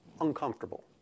uncomfortable